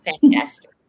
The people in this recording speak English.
Fantastic